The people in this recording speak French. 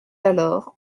alors